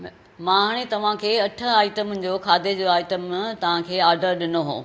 मां हाणे तव्हांखे अठ आइटम जो खाधे जो आइटम तव्हांखे ऑडर ॾिनो हुओ